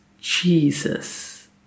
Jesus